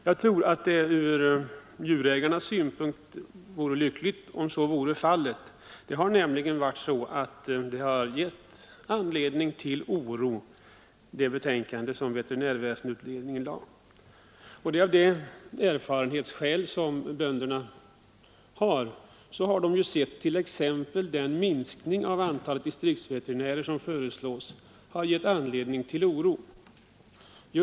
Jag tror att det ur djurägarnas synpunkt vore lyckligt om så blev fallet. Det betänkande som veterinärväsendeutredningen lade fram har nämligen givit anledning till oro. Exempelvis har den minskning av antalet distriktsveterinärer som föreslås givit anledning till oro.